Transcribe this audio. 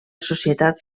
societat